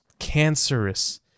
cancerous